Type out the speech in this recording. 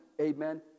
amen